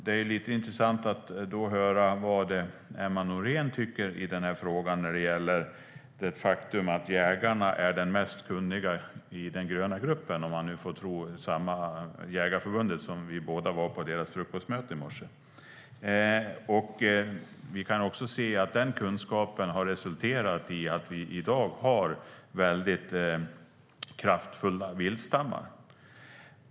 Då är det intressant att höra vad Emma Nohrén tycker om det faktum att jägarna är de mest kunniga i den gröna gruppen, om man nu får tro Jägarförbundet. Vi var ju båda på Jägarförbundets frukostmöte i morse. Den kunskapen har resulterat i att vi i dag har väldigt kraftfulla viltstammar.